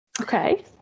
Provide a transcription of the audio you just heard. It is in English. Okay